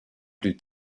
plus